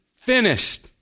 finished